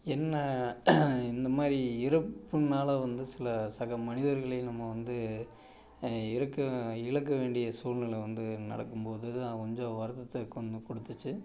என்ன இந்தமாதிரி இறப்பினால வந்து சில சக மனிதர்களையும் நம்ம வந்து இறக்க இழக்க வேண்டிய சூழ்நில வந்து நடக்கும் போது தான் கொஞ்சம் வருத்தத்தை கொஞ்சம் கொடுத்துச்சு